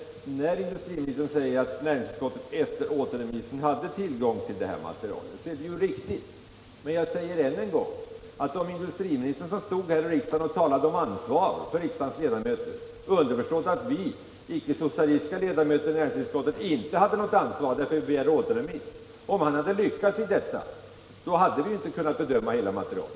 Industriministern menar att näringsutskottet efter återremissen hade tillgång till materialet, och det är riktigt. Men jag säger än en gång att om industriministern, som stod här i riksdagen och talade om ansvar för riksdagens ledamöter — underförstått att vi icke-socialistiska ledamöter av näringsutskottet icke kände något ansvar, eftersom vi begärde återremiss — hade lyckats i sina föresatser, då hade vi inte kunnat bedöma hela materialet.